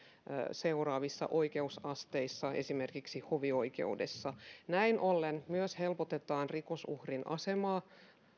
seuraavissa oikeusasteissa esimerkiksi hovioikeudessa näin ollen myös helpotetaan rikosuhrin asemaa